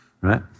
right